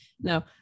No